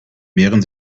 mehren